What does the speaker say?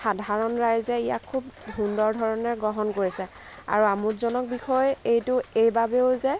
সাধাৰণ ৰাইজে ইয়াক খুব সুন্দৰধৰণে গ্ৰহণ কৰিছে আৰু আমোদজনক বিষয় এইটো এইবাবেও যে